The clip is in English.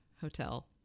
hotel